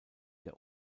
der